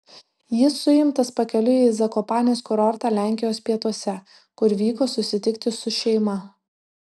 jis suimtas pakeliui į zakopanės kurortą lenkijos pietuose kur vyko susitikti su šeima